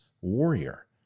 warrior